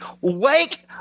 Wake